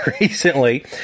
recently